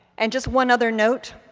and just one other note.